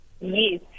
Yes